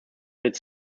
its